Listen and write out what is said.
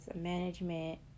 management